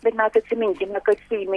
bet mes atsiminkime kad seime